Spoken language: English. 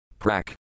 prak